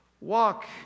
walk